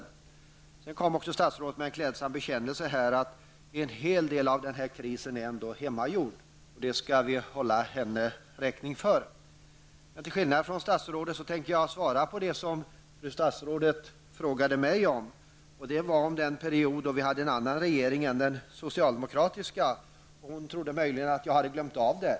Statsrådet kom också med en klädsam bekännelse, att en hel del av krisen är hemmagjord. Det skall vi hålla henne räkning för. Till skillnad från statsrådet tänker jag svara på det som fru statsrådet frågade mig om. Det gällde den period då vi hade en annan regering än den socialdemokratiska. Hon trodde att jag möjligen hade glömt bort den.